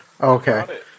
Okay